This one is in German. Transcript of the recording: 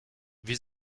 wie